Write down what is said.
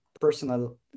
personal